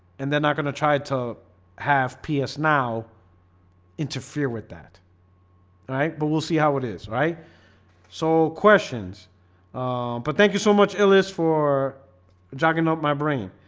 and they're not gonna try to have ps now interfere with that alright, but we'll see how it is. right so questions but thank you so much ellis for jacking up my brain